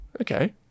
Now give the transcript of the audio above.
Okay